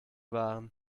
waren